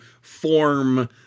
form